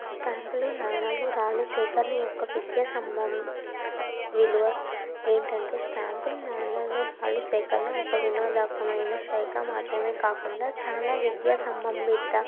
స్టాంపులు నాణాలు రాళ్ళు సేకరణ యొక్క విద్యా సంబంధిత విలువ ఏంటంటే స్టాంపులు నాణాలు రాళ్ళు సేకరణ ఒక వినోదకమైన శాఖ మాత్రమే కాకుండా చాలా విద్య సంబంధిత